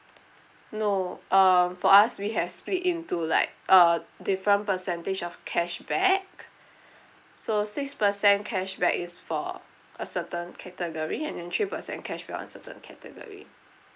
no um for us we have split into like uh different percentage of cashback so six percent cashback is for a certain category and then three percent cashback on certain category